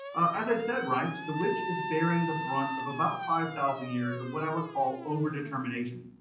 as i said, right, the witch is bearing the brunt of about five thousand years of what i would call over-determination.